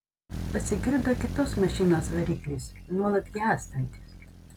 pasigirdo kitos mašinos variklis nuolat gęstantis